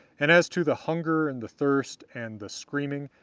and as to the hunger, and the thirst, and the screaming,